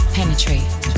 penetrate